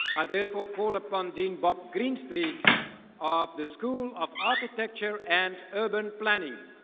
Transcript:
i therefore call upon dean bob greenstret of the school of architecture and urban planning.